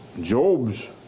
Job's